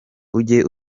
ujye